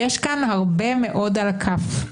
יש כאן הרבה מאוד על הכף.